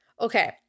Okay